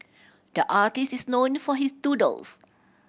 the artist is known for his doodles